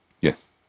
Yes